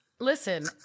Listen